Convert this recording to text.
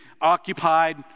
occupied